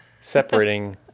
separating